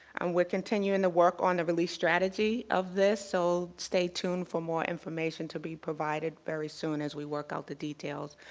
um we're continuing to work on the release strategy of this so stay tuned for more information to be provided very soon as we work out the details.